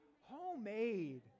Homemade